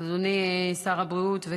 אדוני שר הבריאות,